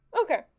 Okay